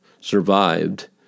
survived